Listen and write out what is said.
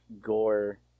Gore